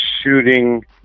shooting